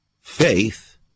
faith